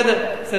בסדר.